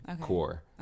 core